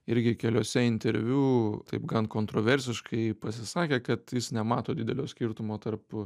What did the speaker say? irgi keliuose interviu taip gan kontroversiškai pasisakė kad jis nemato didelio skirtumo tarp